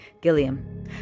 Gilliam